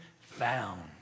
found